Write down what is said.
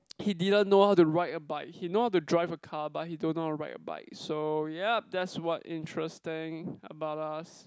he didn't know how to ride a bike he know how to drive a car but he don't know how to ride a bike so yup that's what interesting about us